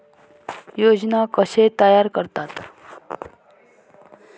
योजना कशे तयार करतात?